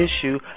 issue